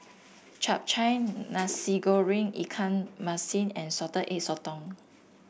Chap Chai Nasi Goreng Ikan Masin and Salted Egg Sotong